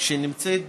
שנמצאת בו,